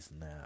now